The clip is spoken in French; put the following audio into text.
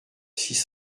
six